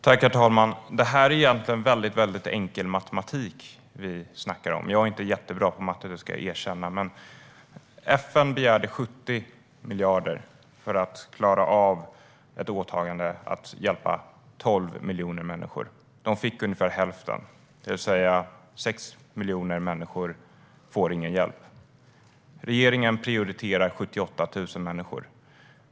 Herr talman! Det är egentligen väldigt enkel matematik vi snackar om. Jag är inte jättebra på matte, det ska jag erkänna. Men FN begärde 70 miljarder för att klara av ett åtagande om att hjälpa 12 miljoner människor. De fick ungefär hälften av pengarna. 6 miljoner människor får alltså ingen hjälp. Regeringen prioriterar 78 000 människor.